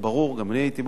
גם אני הייתי באופוזיציה,